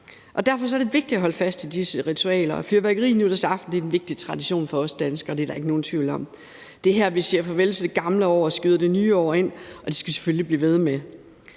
Derfor er det vigtigt at holde fast i disse ritualer, og fyrværkeri nytårsaften er en vigtig tradition for os danskere. Det er der ikke nogen tvivl om. Det er her, vi siger farvel til det gamle år og skyder det nye år ind, og det skal vi selvfølgelig blive ved med.